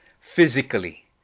physically